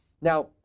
Now